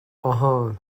آهان